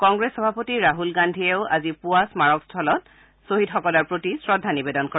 কংগ্ৰেছ সভাপতি ৰাহল গাদ্ধীয়েও আজি পুৱা স্মাৰকস্থলত ছহিদসকলৰ প্ৰতি শ্ৰদ্ধা নিবেদন কৰে